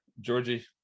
Georgie